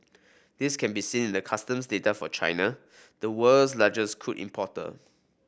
this can be seen the customs data for China the world's largest crude importer